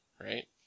right